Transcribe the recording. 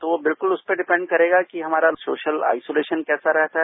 तो बिल्कुल उस पर डिपेंड करेगा कि हमारा सोशल आईसोलेशन कैसा रहता है